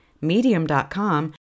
Medium.com